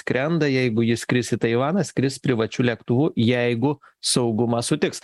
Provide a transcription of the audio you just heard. skrenda jeigu ji skris į taivaną skris privačiu lėktuvu jeigu saugumas sutiks